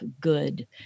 good